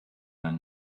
then